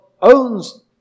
owns